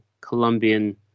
Colombian